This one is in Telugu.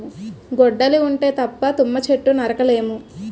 గొడ్డలి ఉంటే తప్ప తుమ్మ చెట్టు నరక లేము